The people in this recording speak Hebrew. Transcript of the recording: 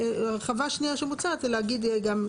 הרחבה שנייה שמוצעת זה להגיד גם,